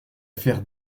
faire